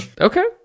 Okay